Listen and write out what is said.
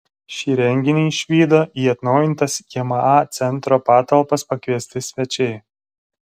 šį reginį išvydo į atnaujintas jma centro patalpas pakviesti svečiai